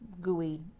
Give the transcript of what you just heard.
gooey